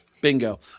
Bingo